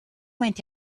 went